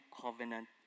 Covenant